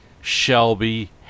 Shelby